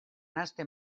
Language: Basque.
hasten